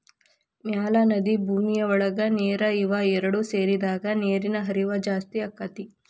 ಮ್ಯಾಲ ನದಿ ಭೂಮಿಯ ಒಳಗ ನೇರ ಇವ ಎರಡು ಸೇರಿದಾಗ ನೇರಿನ ಹರಿವ ಜಾಸ್ತಿ ಅಕ್ಕತಿ